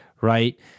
right